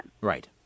Right